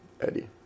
Eddie